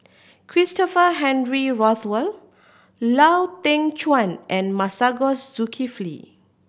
Christopher Henry Rothwell Lau Teng Chuan and Masagos Zulkifli